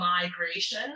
migration